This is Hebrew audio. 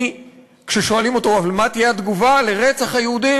שכששואלים אותו אבל מה תהיה התגובה לרצח היהודים